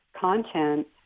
content